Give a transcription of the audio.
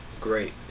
great